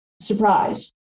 surprised